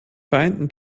vereinten